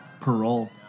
Parole